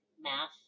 math